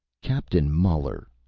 captain muller,